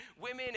women